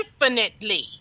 infinitely